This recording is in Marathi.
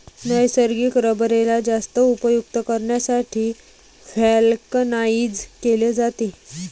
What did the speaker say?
नैसर्गिक रबरेला जास्त उपयुक्त करण्यासाठी व्हल्कनाइज्ड केले जाते